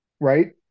Right